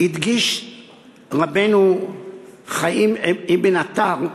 הדגיש רבנו חיים בן עטר,